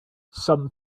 some